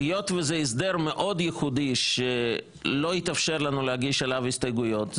והיות שזה הסדר מאוד ייחודי שלא התאפשר לנו להגיש עליו הסתייגויות,